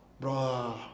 Bro